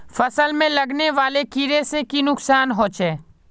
फसल में लगने वाले कीड़े से की नुकसान होचे?